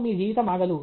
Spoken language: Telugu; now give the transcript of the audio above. తో మీ జీవితం ఆగదు